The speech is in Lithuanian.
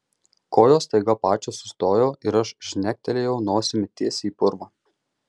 kojos staiga pačios sustojo ir aš žnektelėjau nosimi tiesiai į purvą